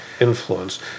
influence